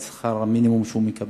בגלל שכר המינימום שהוא מקבל